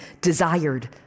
desired